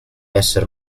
esser